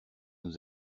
nous